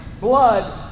blood